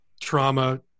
trauma